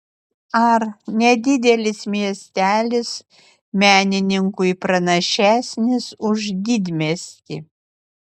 ar nedidelis miestelis menininkui pranašesnis už didmiestį